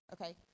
okay